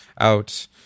out